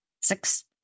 six